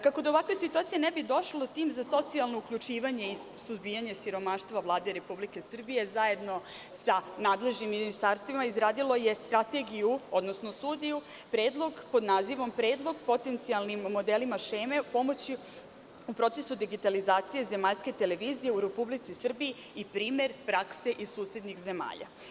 Kako do ovakve situacije ne bi došlo, tim za socijalno uključivanje i suzbijanje siromaštva Vlade Republike Srbije zajedno sa nadležnim ministarstvima izradilo je strategiju, odnosno studiju pod nazivom - predlog potencijalnim modelima šeme pomoći u procesu digitalizacije zemaljske televizije u Republici Srbiji i primer prakse iz susednih zemalja.